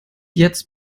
jetzt